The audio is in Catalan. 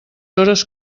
hores